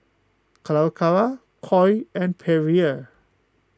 Calacara Koi and Perrier